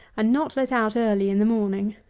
and not let out early in the morning.